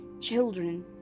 Children